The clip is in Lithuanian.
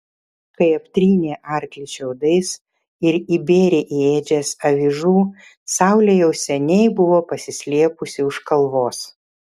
kai aptrynė arklį šiaudais ir įbėrė į ėdžias avižų saulė jau seniai buvo pasislėpusi už kalvos